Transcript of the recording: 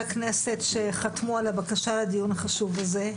הכנסת שחתמו על הבקשה לדיון החשוב הזה,